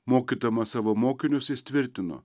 mokydamas savo mokinius jis tvirtino